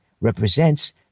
represents